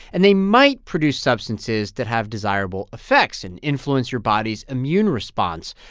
and they might produce substances that have desirable effects and influence your body's immune response.